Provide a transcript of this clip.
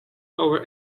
over